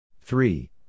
Three